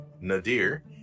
Nadir